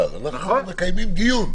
אנחנו מקיימים דיון.